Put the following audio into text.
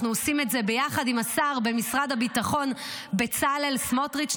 אנחנו עושים את זה יחד עם השר במשרד הביטחון בצלאל סמוטריץ'.